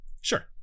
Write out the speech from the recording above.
Sure